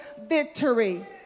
victory